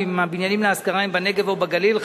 ואם הבניינים להשכרה הם בנגב או בגליל,